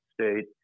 state